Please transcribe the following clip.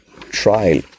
trial